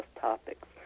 topics